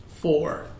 Four